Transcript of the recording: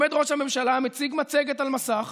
עומד ראש הממשלה, מציג מצגת על מסך: